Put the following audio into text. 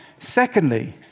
Secondly